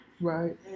Right